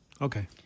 Okay